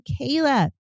Kayla